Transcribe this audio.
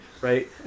right